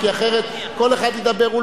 כי אחרת כל אחד ידבר.